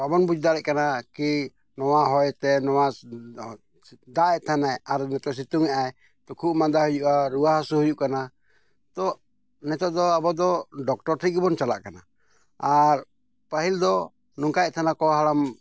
ᱵᱟᱵᱚᱱ ᱵᱩᱡ ᱫᱟᱲᱮᱭᱟᱜ ᱠᱟᱱᱟ ᱠᱤ ᱱᱚᱣᱟ ᱦᱚᱭᱛᱮ ᱱᱚᱣᱟ ᱫᱟᱜᱼᱮᱫ ᱛᱟᱦᱮᱱᱟᱭ ᱟᱨ ᱱᱤᱛᱳᱜ ᱥᱤᱛᱩᱝ ᱮᱫᱟᱭ ᱛᱚ ᱠᱷᱩᱜ ᱢᱟᱸᱫᱟ ᱦᱩᱭᱩᱜᱼᱟ ᱨᱩᱣᱟᱹ ᱦᱟᱹᱥᱩ ᱦᱩᱭᱩᱜ ᱠᱟᱱᱟ ᱛᱚ ᱱᱤᱛᱳᱜ ᱫᱚ ᱟᱵᱚᱫᱚ ᱰᱚᱠᱴᱚᱨ ᱴᱷᱮᱱ ᱜᱮᱵᱚᱱ ᱪᱟᱞᱟᱜ ᱠᱟᱱᱟ ᱟᱨ ᱯᱟᱹᱦᱤᱞ ᱫᱚ ᱱᱚᱝᱠᱟᱭᱮᱫ ᱛᱟᱦᱮᱱᱟᱠᱚ ᱦᱟᱲᱟᱢ